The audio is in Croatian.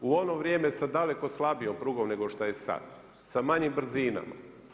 U ono vrijeme sa dalekom slabijom prugom nego što je sada, sa manjim brzinama.